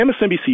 MSNBC